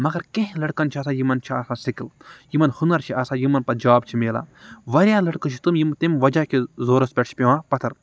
مگر کینٛہہ لٔڑکَن چھِ آسان یِمن چھُ آسان سِکٕل یِمن ہُنَر چھُ آسان یِمن پَتہٕ جاب چھِ مِلان واریاہ لٔڑکہ چھِ تِم یِم تِم وَجہ کہ زورس پیٹھ چھِ پیوان پَتھر